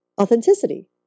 authenticity